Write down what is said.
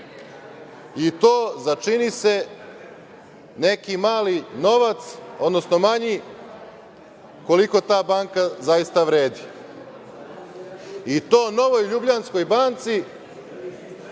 i to za čini se neki mali novac, odnosno manji, koliko ta banka zaista vredi, i to „Novoj Ljubljanskoj banci“,